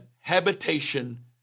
habitation